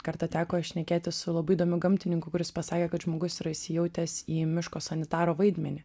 kartą teko šnekėtis su labai įdomiu gamtininku kuris pasakė kad žmogus yra įsijautęs į miško sanitaro vaidmenį